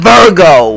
Virgo